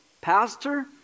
pastor